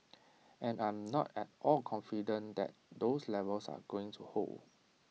and I'm not at all confident that those levels are going to hold